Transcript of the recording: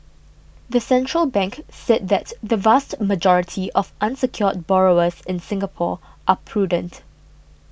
the central bank said that the vast majority of unsecured borrowers in Singapore are prudent